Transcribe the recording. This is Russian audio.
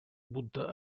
будто